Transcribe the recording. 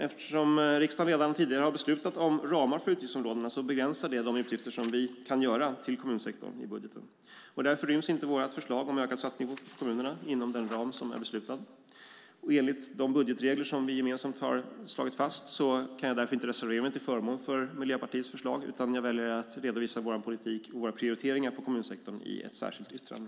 Eftersom riksdagen redan tidigare har beslutat om ramar för utgiftsområdena begränsas de utgifter som vi kan ge till kommunsektorn i budgeten. Därför ryms inte vårt förslag om ökade satsningar på kommunerna inom den ram som är beslutad. Enligt de budgetregler som vi gemensamt har slagit fast kan jag inte reservera mig till förmån för Miljöpartiets förslag utan väljer att redovisa vår politik och våra prioriteringar för kommunsektorn i ett särskilt yttrande.